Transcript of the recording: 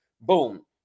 boom